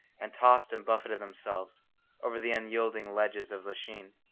and tossed and buffeted themselves over the unyielding ledges of lachine.